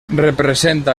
representa